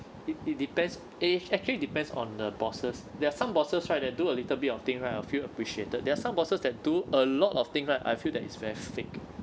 it it depends eh actually depends on the bosses there are some bosses right they do a little bit of thing right you feel appreciated there are some bosses that do a lot of thing right I feel that it's very fake